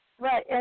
Right